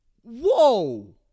Whoa